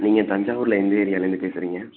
நீங்கள் தஞ்சாவூரில் எந்த ஏரியாலேருந்து பேசுகிறீங்க